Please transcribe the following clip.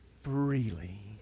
freely